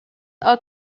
are